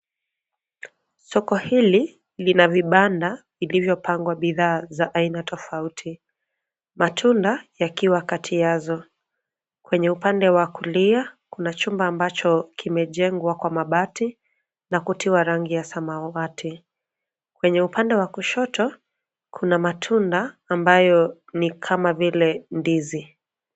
Soko hili lina vibanda vilivyopangwa bidhaa za aina tofauti matunda yakiwa kati yazo, kwenye upande wa kulia kuna chumba ambacho kimejengwa kwa mabati na kutiwa rangi ya samawati. Kwenye upande wa kushoto, kuna matunda ambayo ni kama vile ndizi.